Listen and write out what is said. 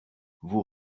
vous